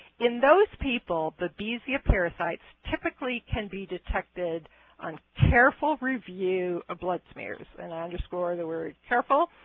in those people, babesia parasites typically can be detected on careful review of blood smears. and i underscore the word careful,